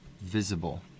visible